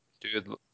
Dude